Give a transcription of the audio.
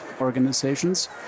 organizations